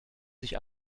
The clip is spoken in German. sich